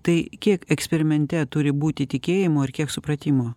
tai kiek eksperimente turi būti tikėjimo ir kiek supratimo